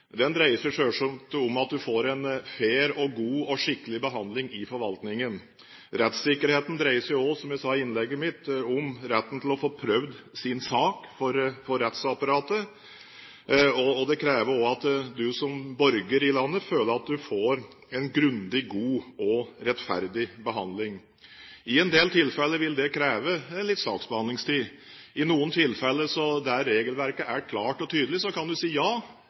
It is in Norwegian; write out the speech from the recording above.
Den dreier seg selvsagt om at en får en fair og god og skikkelig behandling i forvaltningen. Rettssikkerheten dreier seg også – som jeg sa i innlegget mitt – om retten til å få prøvd sin sak for rettsapparatet. Og det krever også at man som borger i landet føler at man får en grundig, god og rettferdig behandling. I en del tilfeller vil det kreve litt saksbehandlingstid. I noen tilfeller, der regelverket er klart og tydelig, kan man si ja